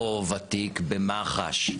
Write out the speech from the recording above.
או ותיק במח"ש.